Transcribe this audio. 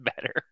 better